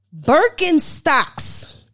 Birkenstocks